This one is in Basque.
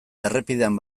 errepidean